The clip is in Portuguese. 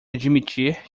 admitir